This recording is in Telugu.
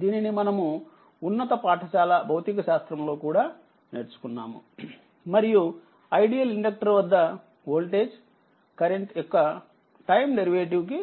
దీనిని మనము ఉన్నత పాఠశాల భౌతిక శాస్త్రం లో కూడా నేర్చుకున్నాము మరియు ఐడియల్ ఇండక్టర్ వద్ద వోల్టేజ్ కరెంట్ యొక్క టైం డెరివేటివ్ కి